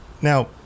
now